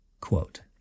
Quote